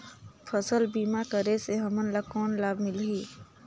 फसल बीमा करे से हमन ला कौन लाभ मिलही?